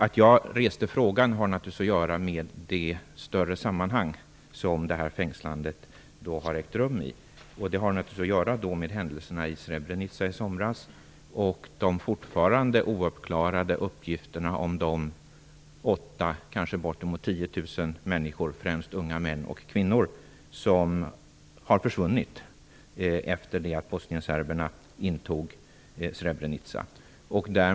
Att jag reste frågan har naturligtvis att göra med det större sammanhang som det här fängslandet har ägt rum i. Det har att göra med händelserna i Srebrenica i somras och de fortfarande ouppklarade uppgifterna om de 8 000, kanske uppemot 10 000 människor, främst unga män och kvinnor, som har försvunnit efter det att bosnienserberna intog Srebrenica.